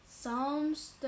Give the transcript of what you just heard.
Psalms